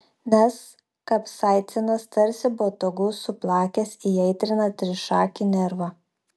nes kapsaicinas tarsi botagu suplakęs įaitrina trišakį nervą